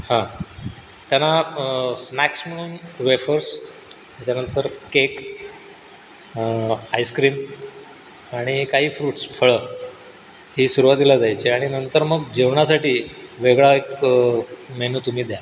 हां त्याना स्नॅक्स म्हणून वेफर्स त्याच्यानंतर केक आईसक्रीम आणि काही फ्रूट्स फळं हे सुरवातीला द्यायचे आणि नंतर मग जेवणासाठी वेगळा एक मेनू तुम्ही द्या